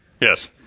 yes